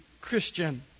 Christian